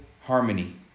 harmony